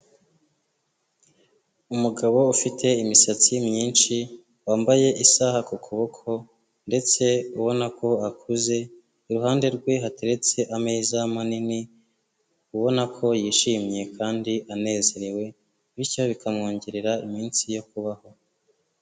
Umugabo ufite imisatsi myinshi, wambaye isaha ku kuboko ndetse ubona ko akuze, iruhande rwe hateretse ameza manini, ubona ko yishimye kandi anezerewe, bityo bikamwongerera iminsi yo kubaho.